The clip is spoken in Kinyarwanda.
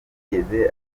ntiyigeze